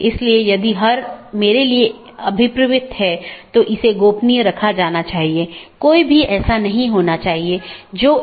वर्तमान में BGP का लोकप्रिय संस्करण BGP4 है जो कि एक IETF मानक प्रोटोकॉल है